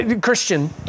Christian